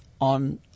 on